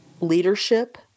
leadership